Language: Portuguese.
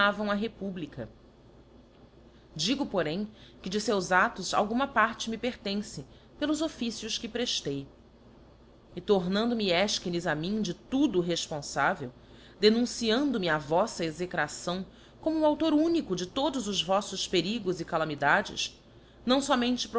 animavam a republica digo porém que de feus ados klguma parte m pertence pelos officios que preftei e tomando me ef chinês a mim de tudo refponfavel denunciando me voífa execração como o auélor único de todos os voflb perigos e calamidades não fomente